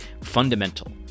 fundamental